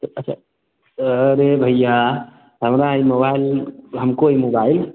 तो अच्छा अरे भैया हमरा ई मोबाइल हमको ई मोबाइल